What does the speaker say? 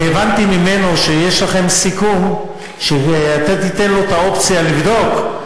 הבנתי ממנו שיש לכם סיכום שאתה תיתן לו את האופציה לבדוק,